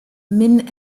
min